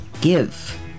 give